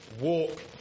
walk